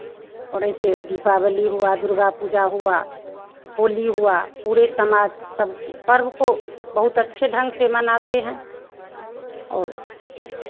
और ऐसे दीपावली हुआ दुर्गा पूजा हुआ होली हुआ पूरे समाज सब पर्व को बहुत अच्छे ढंग से मनाते हैं और